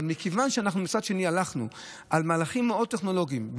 אבל מכיוון שמצד שני אנחנו הלכנו על מהלכים מאוד טכנולוגיים,